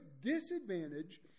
disadvantage